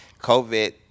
covid